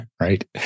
right